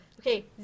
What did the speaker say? Okay